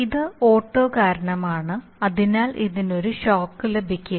ഇത് ഓട്ടോ കാരണമാണ് അതിനാൽ ഇതിന് ഒരു ഷോക്ക് ലഭിക്കില്ല